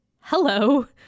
hello